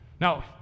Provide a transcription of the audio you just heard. Now